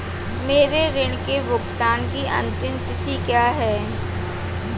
मेरे ऋण के भुगतान की अंतिम तिथि क्या है?